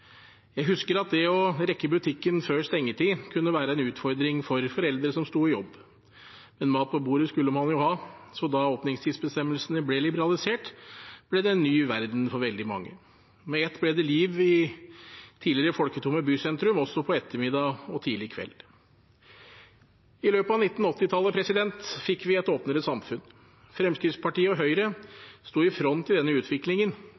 Jeg husker at det å rekke butikken før stengetid kunne være en utfordring for foreldre som sto i jobb, men mat på bordet skulle man jo ha, så da åpningstidsbestemmelsene ble liberalisert, ble det en ny verden for veldig mange. Med ett ble det liv i tidligere folketomme bysentrum også på ettermiddagen og tidlig kveld. I løpet av 1980-tallet fikk vi et åpnere samfunn. Fremskrittspartiet og Høyre sto i front i denne utviklingen